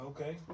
Okay